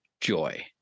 joy